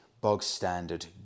bog-standard